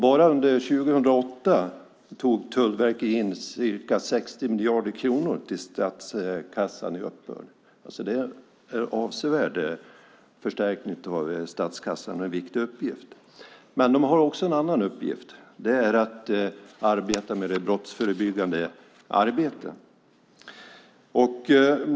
Bara under 2008 tog Tullverket in ca 60 miljarder kronor till statskassan i uppbörd. Det är en avsevärd förstärkning av statskassan och en viktig uppgift. De har också en annan uppgift. Det är det brottsförebyggande arbetet.